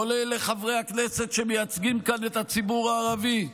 כולל לחברי הכנסת שמייצגים כאן את הציבור הערבי,